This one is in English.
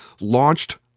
launched